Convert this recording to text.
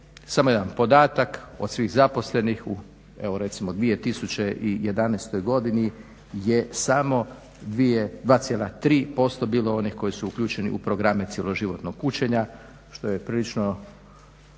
samo jedan podatak. Od svih zaposlenih u evo recimo 2011. godini je samo 2,3% bilo onih koji su uključeni u programe cjeloživotnog učenja što je prilično